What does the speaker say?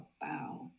bow